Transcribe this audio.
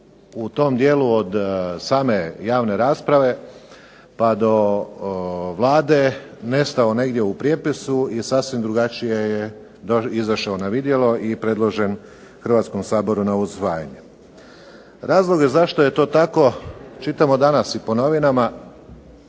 u tom dijelu od same javne rasprave, pa do Vlade, nestao negdje u prijepisu i sasvim drugačije je izašao na vidjelo i predložen Hrvatskom saboru na usvajanje. Razloge zašto je to tako čitamo danas po novinama,